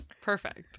Perfect